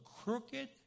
crooked